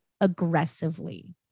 aggressively